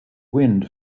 wind